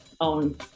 own